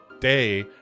day